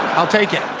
i'll take it.